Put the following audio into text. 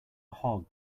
hog